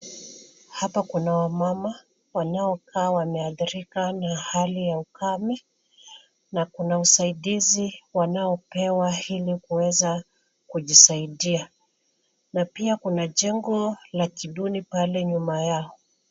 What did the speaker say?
Hapa kuna wamama wanaokaa wameathirika na hali ya ukame na kuna usaidizi wanaopewa ili kuweza kujisaidia na pia kuna jengo la kiduni pale nyuma yao.